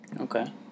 Okay